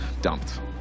dumped